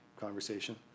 conversation